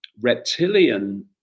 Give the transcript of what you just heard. reptilian